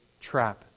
trap